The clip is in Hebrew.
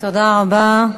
תודה רבה.